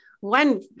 one